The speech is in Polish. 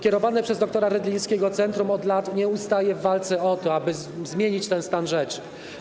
Kierowane przez dr. Rydlińskiego centrum od lat nie ustaje w walce o to, aby zmienić ten stan rzeczy.